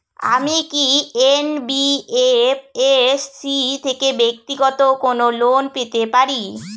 আমি কি এন.বি.এফ.এস.সি থেকে ব্যাক্তিগত কোনো লোন পেতে পারি?